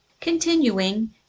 Continuing